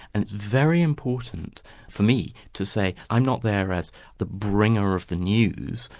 and very important for me to say i'm not there as the bringer of the news,